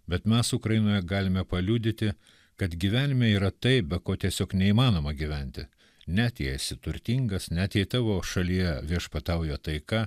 bet mes ukrainoje galime paliudyti kad gyvenime yra tai be ko tiesiog neįmanoma gyventi net jei esi turtingas net jei tavo šalyje viešpatauja taika